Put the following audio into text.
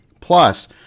Plus